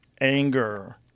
anger